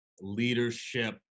leadership